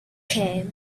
came